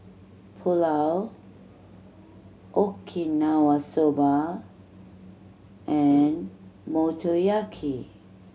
Pulao Okinawa Soba and Motoyaki